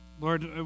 Lord